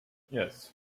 yes